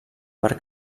per